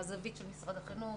מהזווית של משרד החינוך,